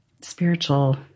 spiritual